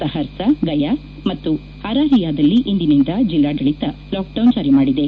ಸಹರ್ಸ ಗಯಾ ಮತ್ತು ಅರಾರಿಯದಲ್ಲಿ ಇಂದಿನಿಂದ ಜೆಲ್ಲಾಡಳಿತ ಲಾಕ್ಡೌನ್ ಜಾರಿ ಮಾಡಿದೆ